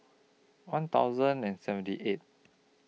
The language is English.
one thousand and seventy eight